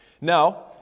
Now